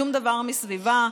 שום דבר לא מסביבה,